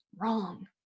wrong